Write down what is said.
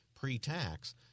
pre-tax